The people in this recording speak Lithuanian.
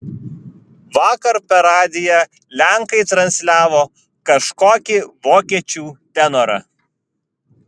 vakar per radiją lenkai transliavo kažkokį vokiečių tenorą